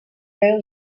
rail